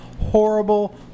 Horrible